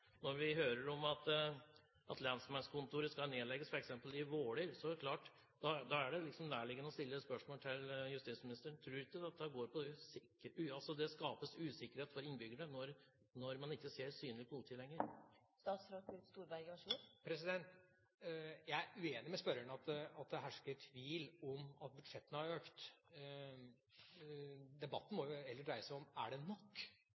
når vi hører om at lensmannskontor skal nedlegges, f.eks. i Våler, er det nærliggende å spørre justisministeren: Tror han ikke det skapes usikkerhet hos innbyggerne når man ikke ser synlig politi lenger? Jeg er uenig med spørreren i at det hersker tvil om at budsjettene har økt. Debatten må jo heller dreie seg om: Er det nok?